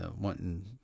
wanting